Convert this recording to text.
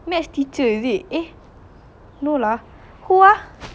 oh literature ya how is he also ah